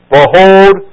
Behold